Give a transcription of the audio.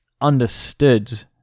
understood